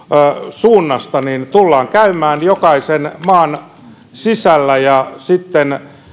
suunnasta tullaan käymään jokaisen maan sisällä sitten